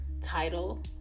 title